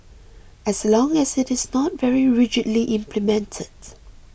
as long as it is not very rigidly implemented